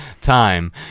time